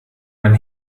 man